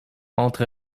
entre